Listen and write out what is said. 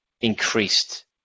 increased